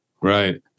Right